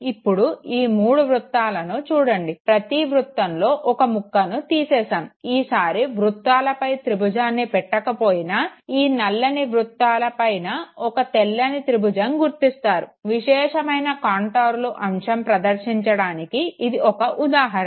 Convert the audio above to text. ఇప్పుడు ఈ మూడు వృత్తాలను చూడండి ప్రతి వృతంలో ఒక ముక్కను తీశాము ఈసారి వృత్తాల పైన త్రిభుజాన్ని పెట్టకపోయినా ఈ నల్లని వృత్తాలపైన ఒక తెల్లని త్రిభుజం గుర్తిస్తారు విశేషమైన కాంటోర్లు అంశం ప్రదర్శించడానికి ఇది ఒక ఉదాహరణ